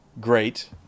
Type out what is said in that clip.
great